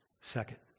Second